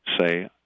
say